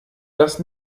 das